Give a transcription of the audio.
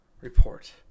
report